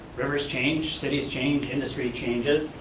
rivers change, cities change, industry changes,